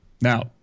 Now